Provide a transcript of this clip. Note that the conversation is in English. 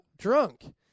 drunk